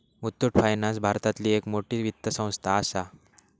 Muthoot finance भारतातली एक मोठी वित्त संस्था आसा